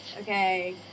okay